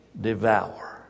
devour